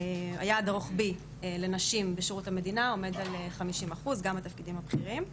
היעד הרוחבי לנשים בשירות המדינה עומד על 50% גם בתפקידים הבכירים.